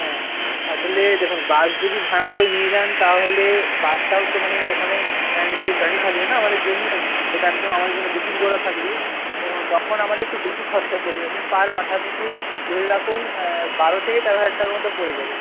হ্যাঁ আসলে দেখুন বাস যদি ভাড়া করে নিয়ে যান তাহলে বাসটাও তো মানে ওখানে স্ট্যান্ডে দাঁড়িয়ে থাকবে না আমাদের জন্যই ওটা একদম আমাদের জন্য বুকিং করা থাকবে তো তখন আমাদের একটু বেশি খরচা পড়ে যাবে পার মাথাপিছু ধরে রাখুন বারো থেকে তেরো হাজার টাকা মতো পড়ে যাবে